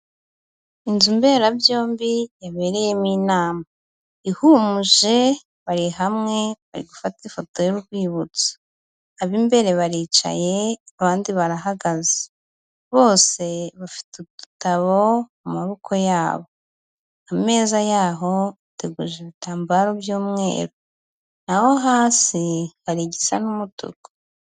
Inzu mberabyombi yabereyemo inama, ihumuje bari hamwe bari gufata ifoto y'urwibutso, ab'imbere baricaye abandi barahagaze, bose bafite udutabo mu maboko yabo, ameza yaho ateguje ibitambaro by'umweru, naho hasi hari igisa n'umutuku.